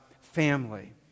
family